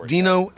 Dino